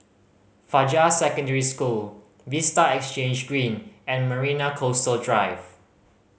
Fajar Secondary School Vista Exhange Green and Marina Coastal Drive